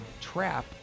trap